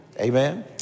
Amen